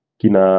kina